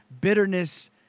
Bitterness